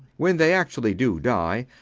when they actually do die,